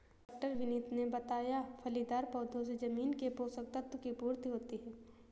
डॉ विनीत ने बताया फलीदार पौधों से जमीन के पोशक तत्व की पूर्ति होती है